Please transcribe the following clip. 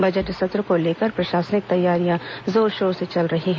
budget सत्र को लेकर प्रशासनिक तैयारियां जोर शोर से चल रही हैं